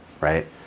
right